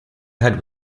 ahead